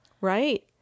Right